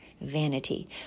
Vanity